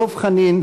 דב חנין,